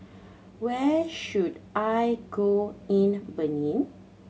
where should I go in Benin